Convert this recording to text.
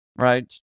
right